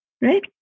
Right